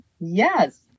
Yes